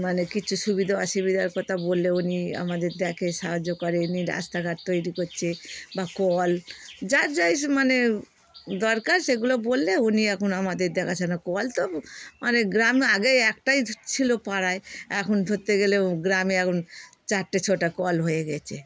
মানে কিছু সুবিধা অসুবিধার কথা বললে উনি আমাদের দেখে সাহায্য করে উনি রাস্তাঘাট তৈরি করছে বা কল যার যা ইস মানে দরকার সেগুলো বললে উনি এখন আমাদের দেখাশোনা কল তো মানে গ্রাম আগে একটাই ছিল পাড়ায় এখন ধরতে গেলে ও গ্রামে এখন চারটে ছোট কল হয়ে গিয়েছে